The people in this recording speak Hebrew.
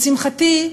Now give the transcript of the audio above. לשמחתי,